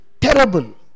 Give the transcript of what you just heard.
terrible